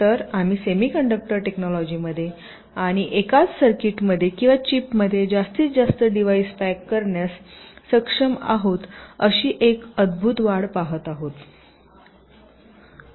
तर आम्ही semiconductor टेक्नोलोंजिमध्ये आणि एकाच सर्किटमध्ये किंवा चिपमध्ये जास्तीत जास्त डिव्हाईस पॅक करण्यास सक्षम आहोत अशी एक अद्भुत वाढ पाहत आहोत